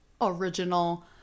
original